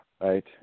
Right